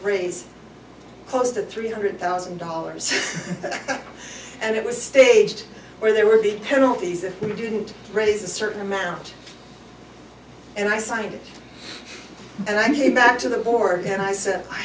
bring close to three hundred thousand dollars and it was staged where there were big penalties if we didn't raise a certain amount and i signed it and i came back to the board and i said i